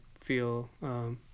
feel